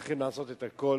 צריך לעשות הכול